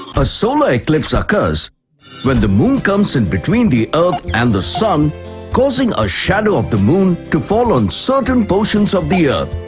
a solar eclipse occurs when the moon comes in between the earth and the sun causing a shadow of the moon to fall on certain portions of the earth.